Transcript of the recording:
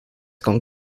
con